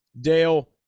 Dale